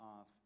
off